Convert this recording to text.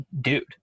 dude